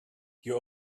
you